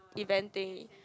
event thing